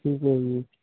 ਠੀਕ ਹੈ ਜੀ